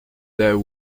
that